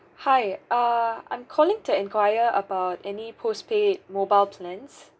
hi err I'm calling to enquire about any postpaid mobile plans